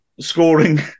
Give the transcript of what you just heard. scoring